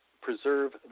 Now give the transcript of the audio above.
preserve